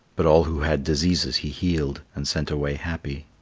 but all who had diseases he healed, and sent away happy.